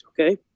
okay